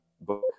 book